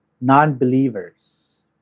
non-believers